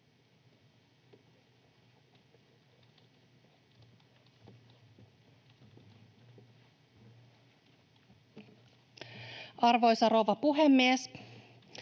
Arvoisa rouva puhemies!